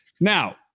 Now